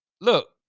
look